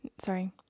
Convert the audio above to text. Sorry